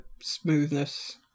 smoothness